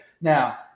now